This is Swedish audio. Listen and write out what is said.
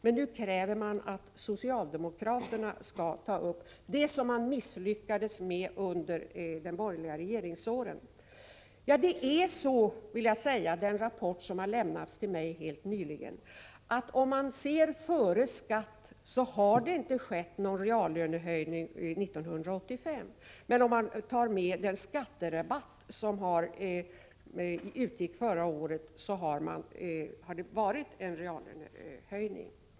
Men nu kräver man att socialdemokraterna skall ta itu med det som ni misslyckades med under de borgerliga regeringsåren. Av den rapport som helt nyligen lämnats till mig framgår att om man ser på inkomsten före skatt har det inte skett någon reallönehöjning 1985, men om man tar med den skatterabatt som utgick förra året har det varit en reallönehöjning.